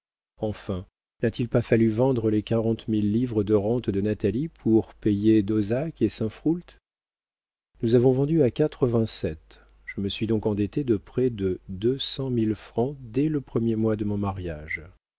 enfin n'a-t-il pas fallu vendre les quarante mille livres de rente de natalie pour payer d'auzac et saint froult nous avons vendu à quatre-vingt-sept je me suis donc endetté de près de deux cent mille francs dès le premier mois de mon mariage